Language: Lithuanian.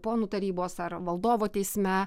ponų tarybos ar valdovo teisme